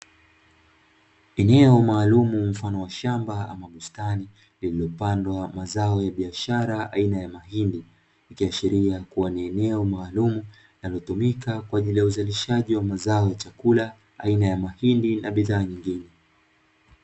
Eneo maalumu mfano wa shamba au bustani lililopandwa mazao ya biashara aina ya mahindi, ikiashiria kuwa ni eneo maalumu linalotumika kwa ajili ya uzalishaji wa mazao ya chakula aina ya mahindi na bidhaa nyingine.